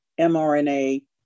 mRNA